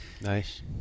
Nice